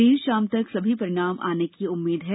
देर शाम तक सभी परिणाम आने की उम्मीद है